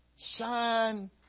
shine